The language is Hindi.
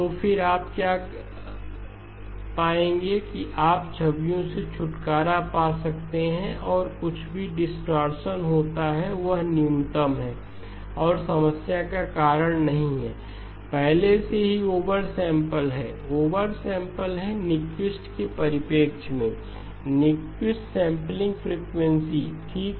तो फिर आप क्या पाएंगे कि आप छवियों से छुटकारा पा सकते हैं और जो कुछ भी डिस्टॉरशन होता है वह न्यूनतम है और समस्या का कारण नहीं है पहले से ही ओवर सैंपल हैओवर सैंपल है न्यूक्विस्ट के परिपेक्ष में न्यूक्विस्ट सैंपलिंग फ्रीक्वेंसी ठीक